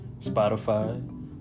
Spotify